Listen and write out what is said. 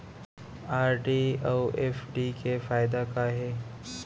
RD अऊ FD के फायेदा का हे?